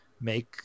make